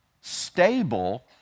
stable